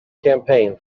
campaign